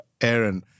Aaron